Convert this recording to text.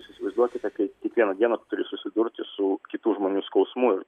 jūs įsivaizduokite kai kiekvieną dieną tu turi susidurti su kitų žmonių skausmu ir